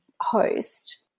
host